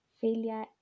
failure